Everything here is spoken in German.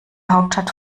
hauptstadt